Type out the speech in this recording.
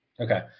Okay